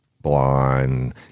blonde